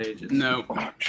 no